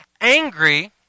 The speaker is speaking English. angry